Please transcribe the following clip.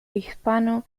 hispano